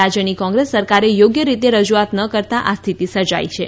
રાજ્યની કોંગ્રેસ સરકારે યોગ્ય રીતે રજુઆત ન કરતાં આ સ્થિતિ સર્જાઇ છે